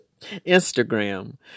Instagram